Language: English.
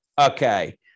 Okay